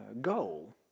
goal